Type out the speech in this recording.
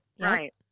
Right